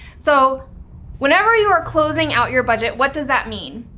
so whenever you are closing out your budget, what does that mean?